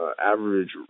average